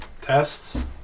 Tests